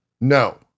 No